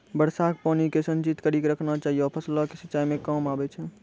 वर्षा के पानी के संचित कड़ी के रखना चाहियौ फ़सल के सिंचाई मे काम आबै छै?